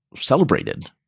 celebrated